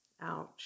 Ouch